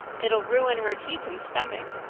it'll ruin her teeth and stomach.